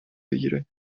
بگیره